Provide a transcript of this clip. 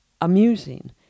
amusing